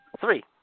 three